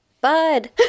bud